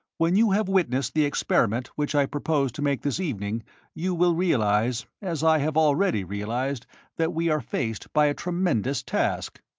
when you have witnessed the experiment which i propose to make this evening you will realize, as i have already realized that we are faced by a tremendous task.